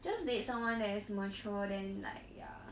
just date someone that is mature then like ya